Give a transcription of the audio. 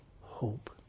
hope